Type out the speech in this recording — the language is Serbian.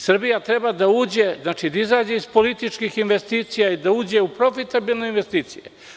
Srbija treba da izađe iz političkih investicija i da uđe u profitabilne investicije.